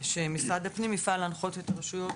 ושמשרד הפנים יפעל להנחות את הרשויות